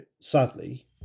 sadly